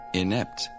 inept